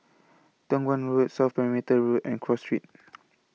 Toh Guan Road South Perimeter Road and Cross Street